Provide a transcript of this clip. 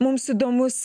mums įdomus